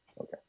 okay